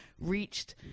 reached